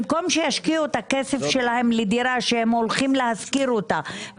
במקום שישקיעו את הכסף שלהם בדירה שהם הולכים להשכיר אותה,